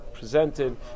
presented